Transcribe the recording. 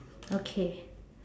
okay